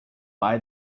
buy